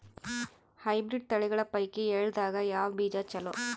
Hybrid ತಳಿಗಳ ಪೈಕಿ ಎಳ್ಳ ದಾಗ ಯಾವ ಬೀಜ ಚಲೋ?